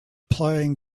playing